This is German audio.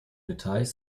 details